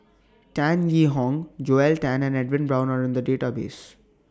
Tan Yee Hong Joel Tan and Edwin Brown Are in The Database